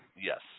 Yes